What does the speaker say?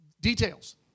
details